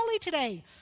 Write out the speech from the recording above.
today